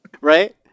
Right